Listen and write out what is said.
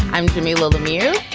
i'm jimmy little amir,